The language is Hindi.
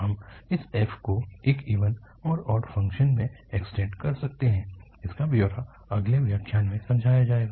हम इस f को एक इवन और ऑड फ़ंक्शन में एक्सटेंड कर सकते है और इसका ब्यौरा अगले व्याख्यान में समझाया जाएगा